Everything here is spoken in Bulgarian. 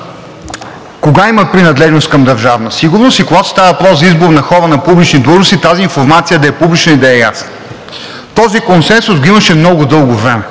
кога има принадлежност към Държавна сигурност и когато става въпрос за хора на публични длъжности, тази информация да е публична и да е ясна. Този консенсус го имаше много дълго време.